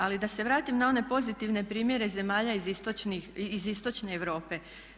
Ali da se vratim na one pozitivne primjere zemalja iz istočne Europe.